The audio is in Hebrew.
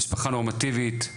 משפחה נורמטיבית,